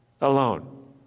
alone